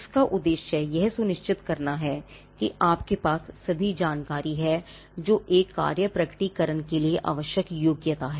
इसका उद्देश्य यह सुनिश्चित करना है कि आपके पास सभी जानकारी है जो एक कार्य प्रकटीकरण के लिए आवश्यक योग्यता है